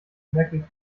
merklich